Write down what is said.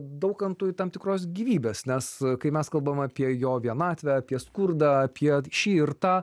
daukantui tam tikros gyvybės nes kai mes kalbam apie jo vienatvę apie skurdą apie šį ir tą